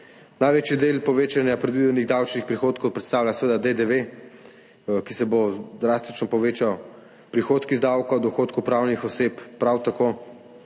Največji del povečanja predvidenih davčnih prihodkov predstavlja seveda DDV, ki se bo drastično povečal, prihodki iz davka od dohodkov pravnih oseb prav tako,